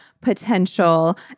potential